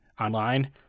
online